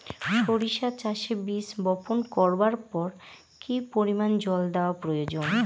সরিষা চাষে বীজ বপন করবার পর কি পরিমাণ জল দেওয়া প্রয়োজন?